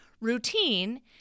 Routine